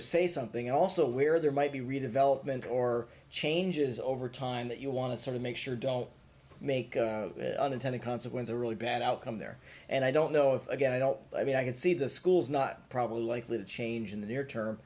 of say something also where there might be redevelopment or changes over time that you want to sort of make sure don't make unintended consequences a really bad outcome there and i don't know if again i don't i mean i can see the schools not probably likely to change in the near term